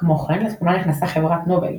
כמו כן לתמונה נכנסה חברת נובל,